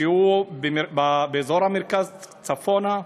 שהוא באזור המרכז, צפונה,